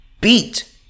beat